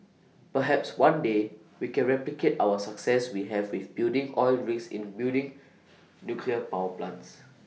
perhaps one day we can replicate our success we have with building oil rigs in building nuclear power plants